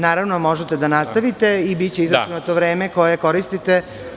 Naravno, možete da nastavite i biće izračunato vreme koje koristite.